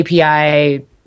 API